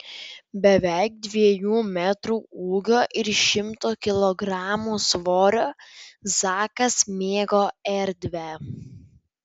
beveik dviejų metrų ūgio ir šimto kilogramų svorio zakas mėgo erdvę